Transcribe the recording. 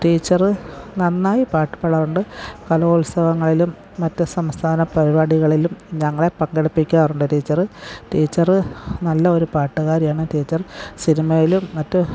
teacher നന്നായി പാട്ടുപാടാറുണ്ട് കലോത്സവങ്ങളിലും മറ്റു സംസ്ഥാന പരിപാടികളിലും ഞങ്ങളെ പങ്കെടുപ്പിക്കാറുണ്ട് ടീച്ചറ് ടീച്ചറ് നല്ല ഒരു പാട്ടുകാരിയാണ് ടീച്ചർ സിനിമയിലും മറ്റു